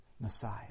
Messiah